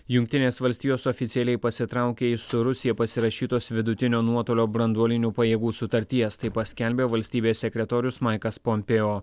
jungtinės valstijos oficialiai pasitraukė iš su rusija pasirašytos vidutinio nuotolio branduolinių pajėgų sutarties tai paskelbė valstybės sekretorius maikas pompėo